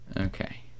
Okay